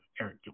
eric